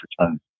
return